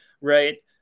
right